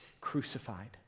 crucified